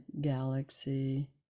galaxy